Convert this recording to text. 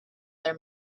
their